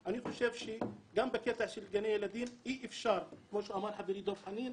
אני חושב שגם בקטע של גני ילדים אי-אפשר כמו שאמר חברי דב חנין,